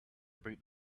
about